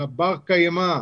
הבר קיימא,